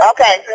Okay